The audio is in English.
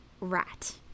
rat